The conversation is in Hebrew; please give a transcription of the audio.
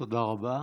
תודה רבה.